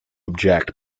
object